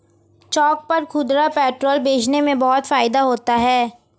चौक पर खुदरा पेट्रोल बेचने में बहुत फायदा होता है